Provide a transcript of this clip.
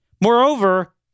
Moreover